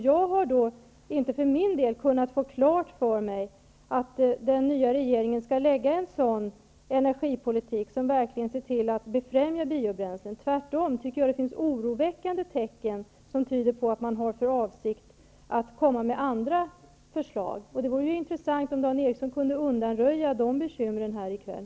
Jag har inte fått klart för mig att den nya regeringen har för avsikt att föra en sådan energipolitik som verkligen ser till att befrämja biobränslen. Jag tycker tvärtom att det finns oroväckande tecken som tyder på att regeringen har för avsikt att komma med andra förslag. Det vore intressant om Dan Ericsson kunde undanröja de bekymren i kväll.